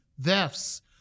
thefts